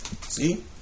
See